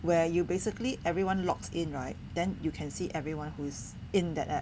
where you basically everyone logs in right then you can see everyone who's in that app